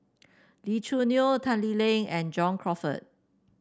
Lee Choo Neo Tan Lee Leng and John Crawfurd